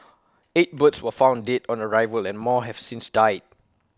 eight birds were found dead on arrival and more have since died